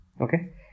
okay